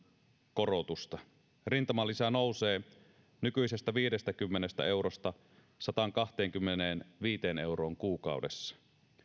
korotusta rintamalisä nousee nykyisestä viidestäkymmenestä eurosta sataankahteenkymmeneenviiteen euroon kuukaudessa